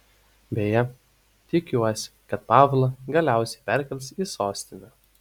beje tikiuosi kad pavlą galiausiai perkels į sostinę